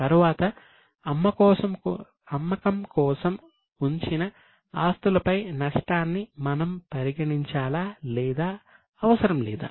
తరువాత అమ్మకం కోసం ఉంచిన ఆస్తులపై నష్టాన్ని మనము పరిగణించాలా లేదా అవసరం లేదా